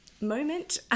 moment